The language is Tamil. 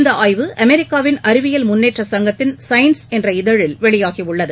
இந்த ஆய்வு அமெரிக்காவின் அறிவியல் முன்னேற்ற சங்கத்தின் சயின்ஸ் என்ற இதழில் வெளியாகியுள்ளது